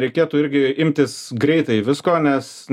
reikėtų irgi imtis greitai visko nes visas tas reikalas